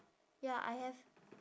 ya I have